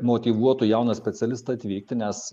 motyvuotų jauną specialistą atvykti nes